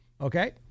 okay